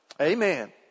Amen